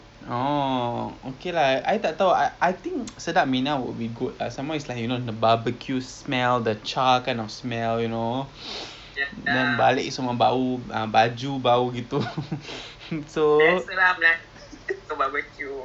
oh okay lah I tak tahu I I think sedap mania would be good ah some more it's like you know the barbecue smell the charcoal kind of smell you know then balik semua bau baju bau gitu someone so